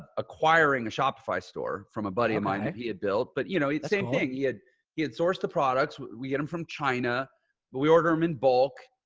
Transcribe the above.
acquiring a shopify store from a buddy of mine. he had built, but you know, same thing. he had he had sourced the products. we get them from china, but we ordered them in bulk.